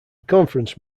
conference